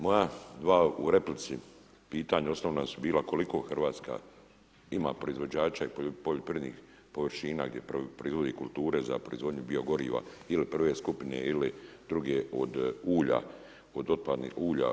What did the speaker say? Moja dva, u replici, pitanja osnovna su bila, koliko Hrvatska ima proizvođača i poljoprivrednih površina gdje ... kulture za proizvodnju biogoriva ili prve skupine ili druge od ulja, od otpadnih ulja.